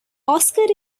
oscar